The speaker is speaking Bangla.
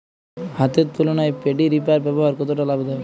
হাতের তুলনায় পেডি রিপার ব্যবহার কতটা লাভদায়ক?